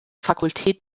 fakultät